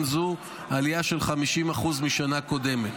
גם זו עלייה של 50% משנה קודמת.